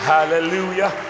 Hallelujah